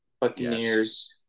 Buccaneers